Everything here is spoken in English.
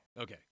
Okay